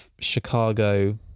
Chicago